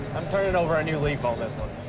i'm turning over a new leaf on this one.